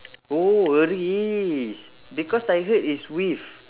oh a risk because I heard is wish